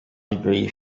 degree